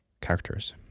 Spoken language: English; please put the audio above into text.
characters